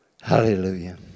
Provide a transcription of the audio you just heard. Hallelujah